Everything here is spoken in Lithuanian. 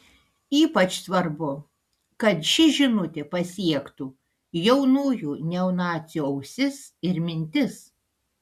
ypač svarbu kad ši žinutė pasiektų jaunųjų neonacių ausis ir mintis